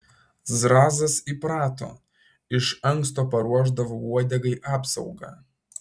zrazas įprato iš anksto paruošdavo uodegai apsaugą